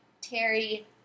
Terry